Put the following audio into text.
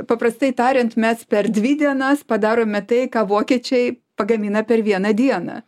paprastai tariant mes per dvi dienas padarome tai ką vokiečiai pagamina per vieną dieną